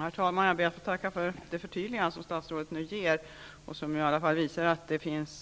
Herr talman! Jag ber att få tacka för det förtydligande som statsrådet nu ger och som visar att man i alla fall inte